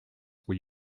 were